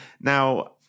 Now